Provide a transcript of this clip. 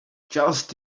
just